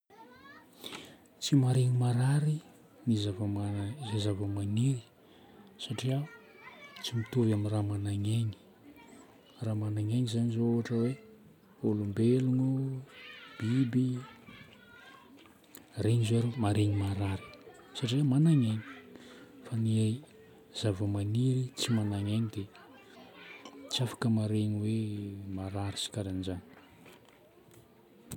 Tsy maharegny marary ny zavamana- ilay zavamaniry satria tsy mitovy amin'ny raha magnana aigna. Raha magnana aigna zagny zao ohatra hoe olombelogno, biby, regny zao maharegny marary satria magnana aigna. Fa ny zavamaniry tsy magnana aigna dia tsy afaka maharegny hoe marary sy karan'izagny.